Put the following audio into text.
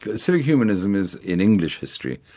ah civic humanism is in english history,